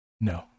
No